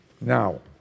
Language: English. Now